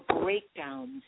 breakdowns